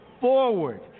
forward